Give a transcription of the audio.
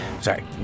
sorry